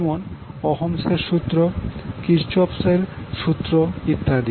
যেমন অহমস এর সূত্র কিরচপস Kirchhoffs অফ এর সূত্র ইত্যাদি